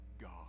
God